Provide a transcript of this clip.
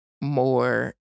more